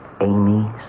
Amy